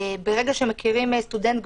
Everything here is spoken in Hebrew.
ברגע שמכירים סטודנט,